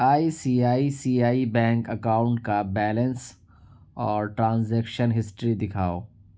I C I C I bank account کا balance اور transaction history دکھاؤ